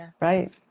right